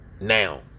now